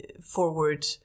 forward